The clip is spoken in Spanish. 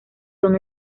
son